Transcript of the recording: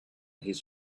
his